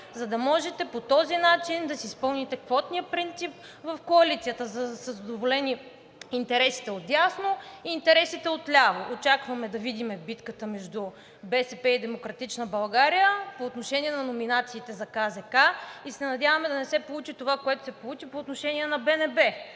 за да можете по този начин да си изпълните квотния принцип в коалицията, за да са задоволени интересите отдясно и интересите от- ляво. Очакваме да видим битката между БСП и „Демократична България“ по отношение на номинациите за Комисията за защита на конкуренцията. Надяваме се да не се получи това, което се получи по отношение на БНБ,